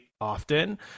often